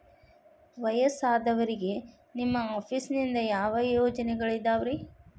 ವಯಸ್ಸಾದವರಿಗೆ ನಿಮ್ಮ ಆಫೇಸ್ ನಿಂದ ಯಾವ ಯೋಜನೆಗಳಿದಾವ್ರಿ?